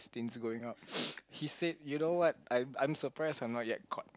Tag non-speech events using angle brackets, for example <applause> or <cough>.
things going up <breath> he said you know what I'm I'm surprised I'm not yet caught